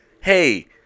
Hey